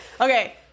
Okay